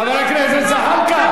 חבר הכנסת זחאלקה.